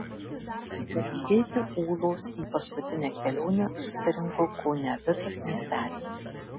palydėti ūlos į paskutinę kelionę susirinko kone visas miestelis